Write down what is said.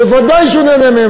בוודאי הוא נהנה מהן.